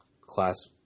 Class